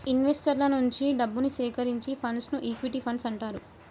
ఇన్వెస్టర్ల నుంచి డబ్బుని సేకరించే ఫండ్స్ను ఈక్విటీ ఫండ్స్ అంటారు